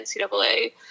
NCAA